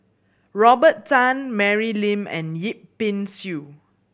Robert Tan Mary Lim and Yip Pin Xiu